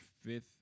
fifth